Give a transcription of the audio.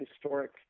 historic